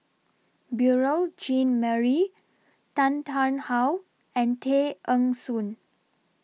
Beurel Jean Marie Tan Tarn How and Tay Eng Soon